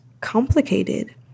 complicated